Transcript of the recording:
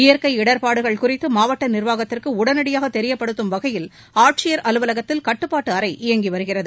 இயற்கை இடர்பாடுகள் குறித்து மாவட்ட நிர்வாகத்திற்கு உடனடியாக தெரியப்படுத்தும் வகையில் ஆட்சியர் அலுவலகத்தில் கட்டுப்பாட்டு அறை இயங்கி வருகிறது